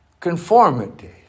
Conformity